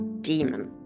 demon